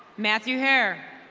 matthew hair.